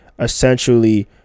essentially